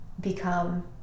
become